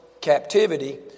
captivity